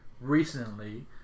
recently